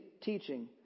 Teaching